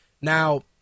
Now